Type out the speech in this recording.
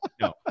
no